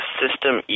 system